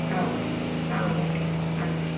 ஆ ஓ ஆ ஓகே ஆ தேங்க்ஸ்